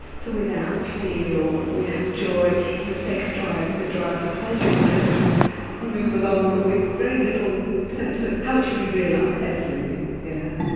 so without fear or without joy the sex drive, the drive for pleasure would kind of move along but with very little sense of how it should be realised. absolutely yeah